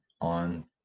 on